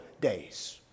days